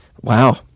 Wow